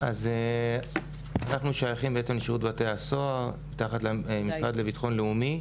אנחנו שייכים לשירות בתי הסוהר שהוא תחת המשרד לביטחון לאומי.